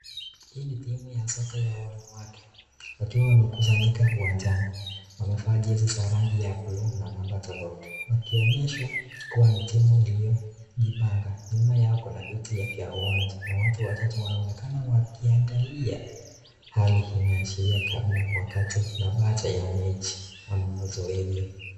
Hii ni timu ya soka ya wanawake wakiwa wamekusanyika uwanjani, wamevaa jezi za rangi ya blue na namba tofauti wakionyesha kuwa ni timu iliyojipanga nyuma yao kuna viti vya uwanja na kuna watu wachache wakiangalia hali inaashiria kabla wakati na baada ya mechi au zoezi.